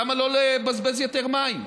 למה לא לבזבז יותר מים?